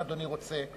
אם אדוני רוצה.